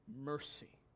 mercy